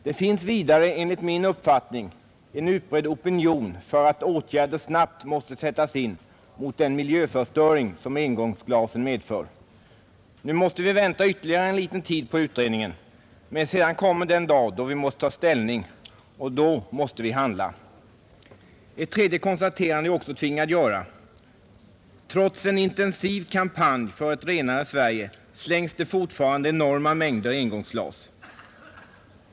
Det finns vidare enligt min uppfattning en utbredd opinion för att åtgärder snabbt måste sättas in mot den miljöförstöring som engångsglasen medför. Nu måste vi vänta ytterligare en liten tid på utredningen, men sedan kommer den dag då vi måste ta ställning, och då måste vi handla. Ett tredje konstaterande är jag också tvingad att göra. Trots en intensiv kampanj för ett renare Sverige slängs det fortfarande enorma mängder engångsglas.